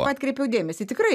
atkreipiau dėmesį tikrai